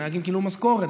הנהגים קיבלו משכורת,